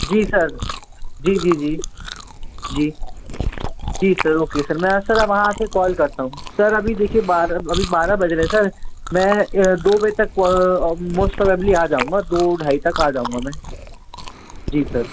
जी sir जी जी जी जी जी सर ओके सर मैं सर अब वहाँ से कॉल करता हूँ सर अभी देखिए बारह अभी बारह बज रहे सर मैं दो बजे तक मोस्ट प्रॉबेबली आ जाऊँगा दो ढाई तक आ जाऊँगा मैं जी सर